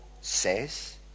says